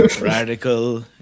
radical